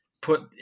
put